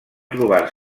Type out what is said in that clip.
trobar